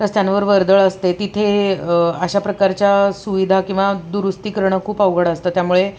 रस्त्यांवर वर्दळ असते तिथे अशा प्रकारच्या सुविधा किंवा दुरुस्ती करणं खूप अवघड असतं त्यामुळे